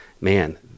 man